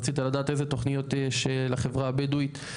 רצית לדעת איזה תוכניות יש לחברה הבדואית.